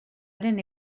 haren